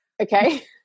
Okay